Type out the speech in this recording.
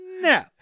No